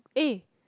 eh